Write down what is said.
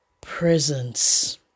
presence